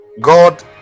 god